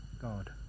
God